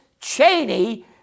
Cheney